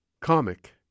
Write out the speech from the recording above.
Comic